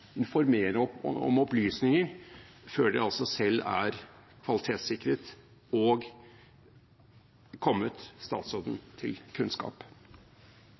informere om opplysninger før de altså er kvalitetssikret og kommet statsråden til kunnskap.